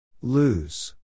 Lose